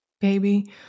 baby